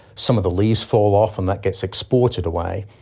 some of the leaves fall off and that gets exported away.